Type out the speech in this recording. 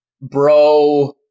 bro